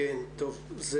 אם